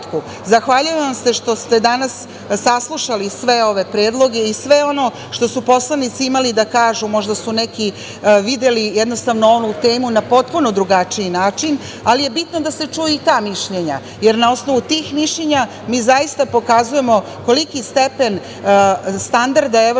zadatku. Zahvaljujem vam se što ste danas saslušali sve ove predloge i sve ono što su poslanici imali da kažu, možda su neki videli jednostavno temu na potpuno drugačiji način, ali je bitno da se čuju i ta mišljenja, jer na osnovu tih mišljenja mi zaista pokazujemo koliki stepen standarda EU